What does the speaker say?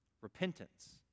Repentance